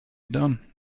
done